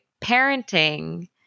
parenting